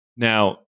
Now